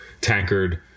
tankard